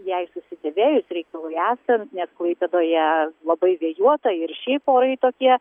jai susidėvėjus reikalui esant nes klaipėdoje labai vėjuota ir šiaip orai tokie